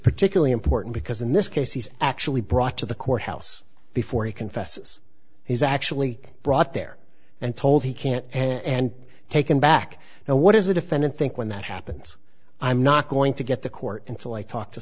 particularly important because in this case he's actually brought to the courthouse before he confesses he's actually brought there and told he can't and taken back now what is a defendant think when that happens i'm not going to get the court until i talk to